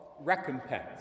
recompense